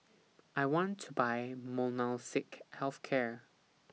I want to Buy Molnylcke Health Care